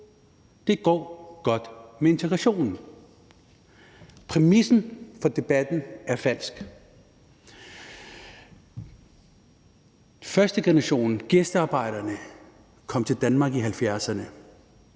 Det går godt med integrationen. Præmissen for debatten er falsk. Førstegenerationen, gæstearbejderne kom til Danmark i 1970'erne.